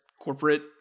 corporate